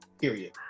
Period